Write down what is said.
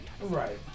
Right